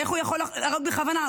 איך הוא יכול להרוג בכוונה?